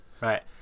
Right